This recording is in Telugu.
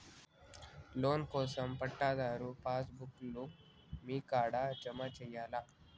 లోన్ కోసం పట్టాదారు పాస్ బుక్కు లు మీ కాడా జమ చేయల్నా?